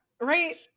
right